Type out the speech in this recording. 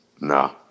No